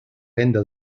venda